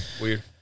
Weird